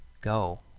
go